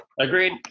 Agreed